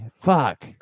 Fuck